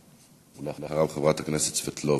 ואחריו, חברת הכנסת סבטלובה.